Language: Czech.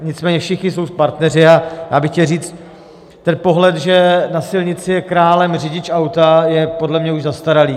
Nicméně všichni jsou partneři a já bych chtěl říct: Ten pohled, že na silnici je králem řidič auta, je podle mě už zastaralý.